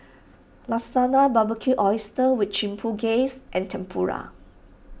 Lasagna Barbecued Oysters with Chipotle Glaze and Tempura